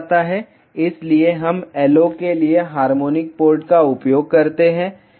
इसलिए हम LO के लिए हार्मोनिक पोर्ट का उपयोग करते हैं